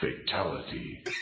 Fatality